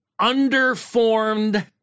underformed